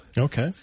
Okay